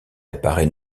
apparaît